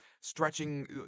stretching